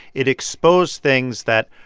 it exposed things that,